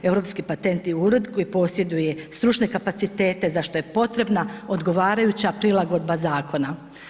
Europske patentni ured koji posjeduje stručne kapacitete zašto je potrebna odgovarajuća prilagodba zakona.